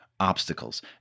Obstacles